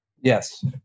Yes